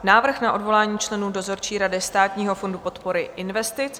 Návrh na odvolání členů dozorčí rady Státního fondu podpory investic